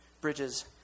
bridges